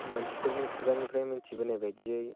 मानसिफोरनि खुगानिफ्राय मिन्थिबोनाय बायदियै